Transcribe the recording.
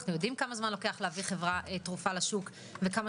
אנחנו יודעים כמה זמן לוקח להביא תרופה לשוק וכמה